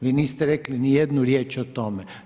Vi niste rekli ni jednu riječ o tome.